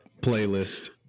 playlist